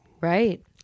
Right